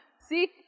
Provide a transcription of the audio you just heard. See